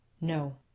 No